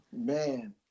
man